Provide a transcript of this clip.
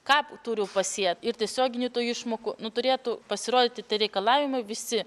ką turiu pasėt ir tiesioginių tų išmokų nu turėtų pasirodyti tie reikalavimai visi